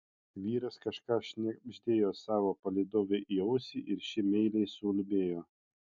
vyras kažką šnabždėjo savo palydovei į ausį ir ši meiliai suulbėjo